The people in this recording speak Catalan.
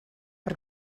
per